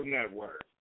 Network